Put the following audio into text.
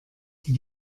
die